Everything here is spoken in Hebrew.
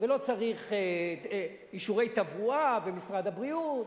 ולא צריך אישורי תברואה ומשרד הבריאות,